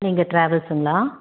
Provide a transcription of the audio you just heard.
நீங்கள் ட்ராவல்ஸுங்களா